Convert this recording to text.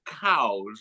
cows